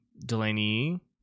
Delaney